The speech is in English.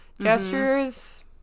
Gestures